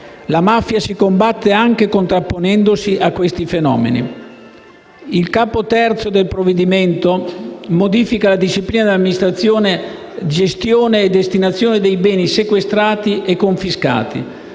La mafia si combatte anche contrapponendosi a questi fenomeni. Il capo III del provvedimento modifica la disciplina in tema di amministrazione, gestione e destinazione di beni sequestrati e confiscati.